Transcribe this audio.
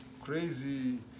crazy